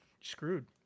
screwed